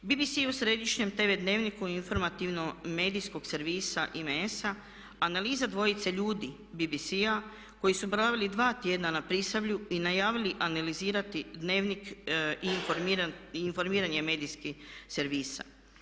BBC u središnjem tv Dnevniku informativno-medijskog servisa IMS-a, analiza dvojice ljudi BBC-a koji su boravili dva tjedna na Prisavlju i najavili analizirati Dnevnik i informiranje medijskih servisa.